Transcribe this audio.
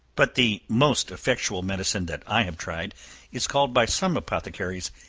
but the most effectual medicine that i have tried is called by some apothecaries,